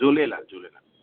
Jhulelal Jhulelal